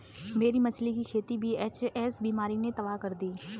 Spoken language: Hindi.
मेरी मछली की खेती वी.एच.एस बीमारी ने तबाह कर दी